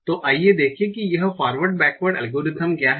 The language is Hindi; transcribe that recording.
तो आइए देखें कि यह फॉरवर्ड बैकवर्ड एल्गोरिदम क्या है